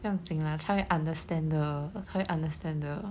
不用紧 lah 她会 understand 的她会 understand 的